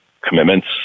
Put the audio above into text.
commitments